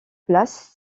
place